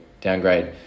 downgrade